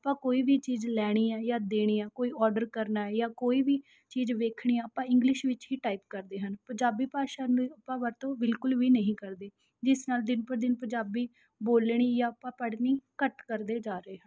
ਆਪਾਂ ਕੋਈ ਵੀ ਚੀਜ਼ ਲੈਣੀ ਹੈ ਜਾਂ ਦੇਣੀ ਹੈ ਕੋਈ ਓਡਰ ਕਰਨਾ ਜਾਂ ਕੋਈ ਵੀ ਚੀਜ਼ ਵੇਖਣੀ ਹੈ ਆਪਾਂ ਇੰਗਲਿਸ਼ ਵਿੱਚ ਹੀ ਟਾਈਪ ਕਰਦੇ ਹਨ ਪੰਜਾਬੀ ਭਾਸ਼ਾ ਨੂੰ ਆਪਾਂ ਵਰਤੋਂ ਬਿਲਕੁਲ ਵੀ ਨਹੀਂ ਕਰਦੇ ਜਿਸ ਨਾਲ ਦਿਨ ਪਰ ਦਿਨ ਪੰਜਾਬੀ ਬੋਲਣੀ ਜਾਂ ਆਪਾਂ ਪੜ੍ਹਣੀ ਘੱਟ ਕਰਦੇ ਜਾ ਰਹੇ ਹਾਂ